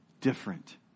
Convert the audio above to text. different